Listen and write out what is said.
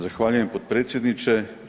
Zahvaljujem potpredsjedniče.